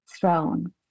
throne